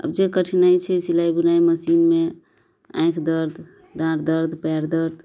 आब जे कठिनाइ छै सिलाइ बुनाइ मशीनमे आँखि दर्द डाँर दर्द पएर दर्द